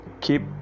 keep